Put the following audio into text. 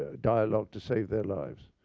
ah dialogue to save their lives.